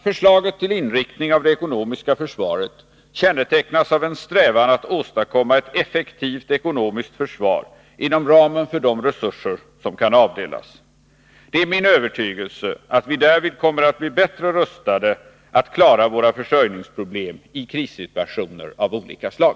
Förslaget till inriktning av det ekonomiska försvaret kännetecknas av en strävan att åstadkomma ett effektivt ekonomiskt försvar inom ramen för de resurser som kan avdelas. Det är min övertygelse att vi därvid kommer att bli bättre rustade att klara våra försörjningsproblem i krissituationer av olika slag.